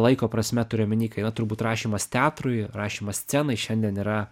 laiko prasme turiu omeny kai na turbūt rašymas teatrui rašymas scenai šiandien yra